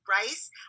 rice